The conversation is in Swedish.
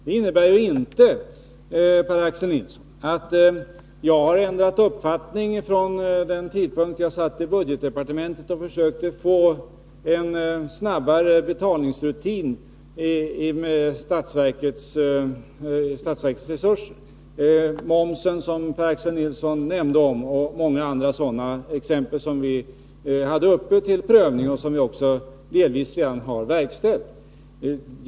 Det innebär inte, Per-Axel Nilsson, att jag har ändrat uppfattning från den tidpunkt då jag satt i budgetdepartementet och försökte få en snabbare betalningsrutin i fråga om statsverkets resurser. Det gäller momsen, som Per-Axel Nilsson nämnde, och mycket annat som vi hade uppe till prövning och där åtgärder delvis redan har vidtagits.